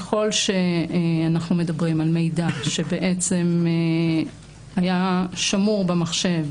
ככל שאנחנו מדברים על מידע שהיה שמור במחשב